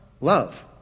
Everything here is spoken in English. Love